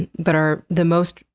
and but are the most,